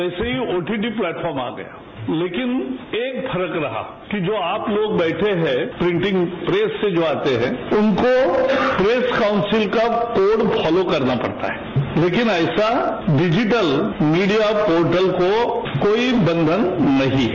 वैसे ही OTP platform आ गया लेकिन एक फर्क रहा कि जो आप लोग बैठे हैं प्रीटिंग प्रेस से जो आते हैं उनको प्रेस काउंसिल का कोड फॉलो करना पड़ता है लेकिन ऐसा डिजिटल मीडिया पोर्टल को कोई बंधन नहीं है